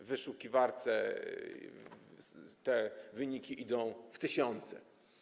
W wyszukiwarce te wyniki idą w tysiące.